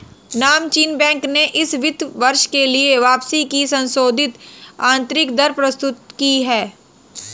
नामचीन बैंक ने इस वित्त वर्ष के लिए वापसी की संशोधित आंतरिक दर प्रस्तुत की